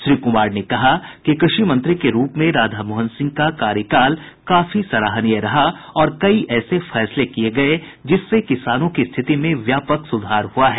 श्री कुमार ने कहा कि कृषि मंत्री के रूप में राधामोहन सिंह का कार्यकाल काफी सराहनीय रहा और कई ऐसे फैसले किये गये जिससे किसानों की स्थिति में व्यापक सुधार हुआ है